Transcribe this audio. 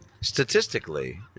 Statistically